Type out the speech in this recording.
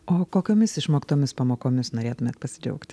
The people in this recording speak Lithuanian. o kokiomis išmoktomis pamokomis norėtumėt pasidžiaugti